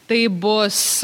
tai bus